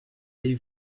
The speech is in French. les